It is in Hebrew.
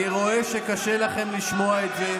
אני רואה שקשה לכם לשמוע את זה.